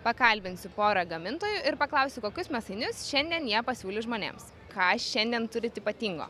pakalbinsiu porą gamintojų ir paklausiu kokius mėsainius šiandien jie pasiūlys žmonėms ką šiandien turit ypatingo